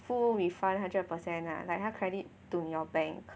full refund hundred percent lah like 它 credit to your bank